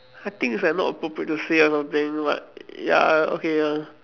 I think it's like not appropriate to say or something but ya okay ya